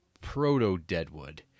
proto-Deadwood